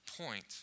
point